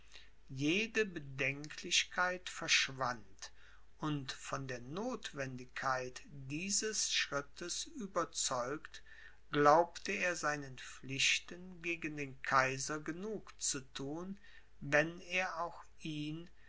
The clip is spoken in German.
jede bedenklichkeit verschwand und von der notwendigkeit dieses schrittes überzeugt glaubte er seinen pflichten gegen den kaiser genug zu thun wenn er auch ihn